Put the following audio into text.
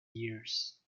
years